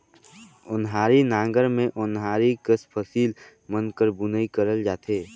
ओन्हारी नांगर मे ओन्हारी कस फसिल मन कर बुनई करल जाथे